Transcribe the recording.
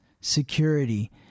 security